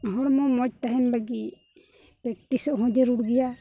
ᱦᱚᱲᱢᱚ ᱢᱚᱡᱽ ᱛᱟᱦᱮᱱ ᱞᱟᱹᱜᱤᱫ ᱯᱮᱠᱴᱤᱥᱚᱜ ᱦᱚᱸ ᱡᱟᱹᱨᱩᱲ ᱜᱮᱭᱟ